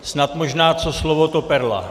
Snad možná co slovo, to perla.